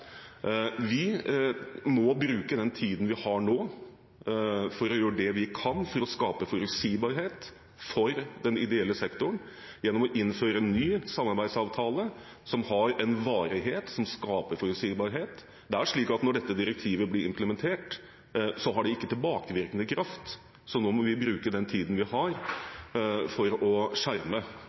Vi må bruke den tiden vi har nå for å gjøre det vi kan for å skape forutsigbarhet for den ideelle sektoren, gjennom å innføre en ny samarbeidsavtale som har en varighet som skaper forutsigbarhet. Når dette direktivet blir implementert, har det ikke tilbakevirkende kraft, så nå må vi bruke den tiden vi har for å skjerme